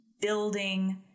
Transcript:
building